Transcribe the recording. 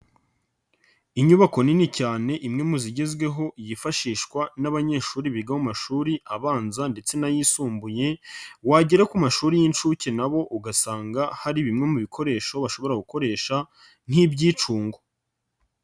Inyubako nini cyane imwe mu zigezweho yifashishwa n'abanyeshuri biga mu mashuri abanza ndetse n'ayisumbuye, wagera ku mashuri y'inshuke na bo ugasanga hari bimwe mu bikoresho bashobora gukoresha nk'ibyicungo.